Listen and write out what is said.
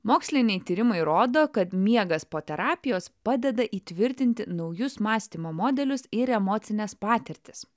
moksliniai tyrimai rodo kad miegas po terapijos padeda įtvirtinti naujus mąstymo modelius ir emocines patirtis